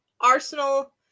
Arsenal